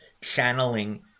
channeling